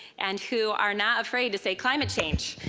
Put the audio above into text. and who are not afraid to say climate change.